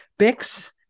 Bix